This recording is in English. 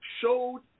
showed